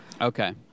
okay